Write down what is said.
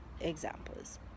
examples